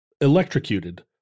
electrocuted